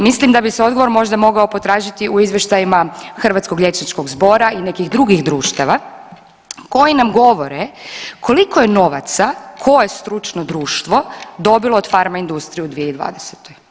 Mislim da bi se odgovor možda mogao potražiti u izvještajima Hrvatskog liječničkog zbora i nekih drugih društava koji nam govore koliko je novaca koje stručno društvo dobilo od farmaindustrije u 2020.